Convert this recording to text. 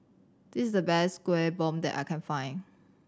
this is the best Kuih Bom that I can find